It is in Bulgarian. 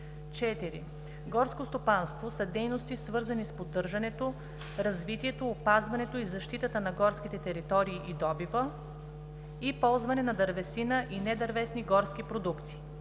4. „Горско стопанство“ са дейности, свързани с поддържането, развитието, опазването и защитата на горските територии и добива, и ползване на дървесина и недървесни горски продукти.